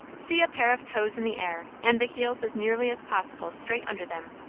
see a pair of toes in the air and the heels as nearly as possible straight under them,